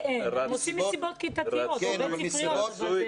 לא שאין, עושים מסיבות כיתתיות או בית ספריות.